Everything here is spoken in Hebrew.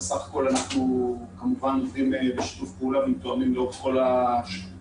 בסך הכול אנחנו כמובן עובדים בשיתוף פעולה ומתואמים לאורך כל השנים.